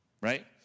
right